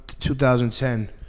2010